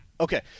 Okay